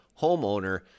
homeowner